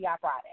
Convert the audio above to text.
Friday